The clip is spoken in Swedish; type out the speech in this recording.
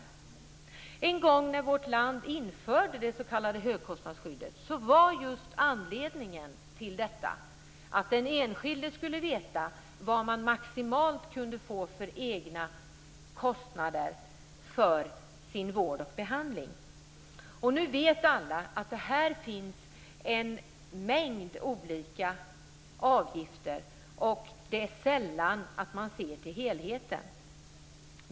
Anledningen till att vi en gång i vårt land införde det s.k. högkostnadsskyddet var att den enskilde skulle veta vilka egna kostnader man maximalt skulle få för den egna vården och behandlingen. Som bekant förekommer det nu en mängd olika avgifter, men man ser sällan till helheten.